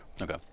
Okay